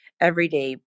everyday